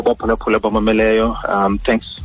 Thanks